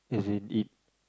as in it